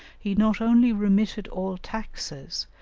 he not only remitted all taxes,